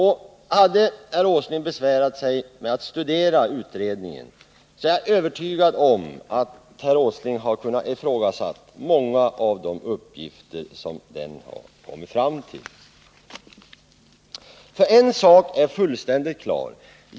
Hade herr Åsling besvärat sig med att studera utredningen, så hade han säkert ifrågasatt många av de slutsatser som den kommit fram till. En sak är fullständigt klar.